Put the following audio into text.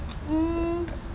mm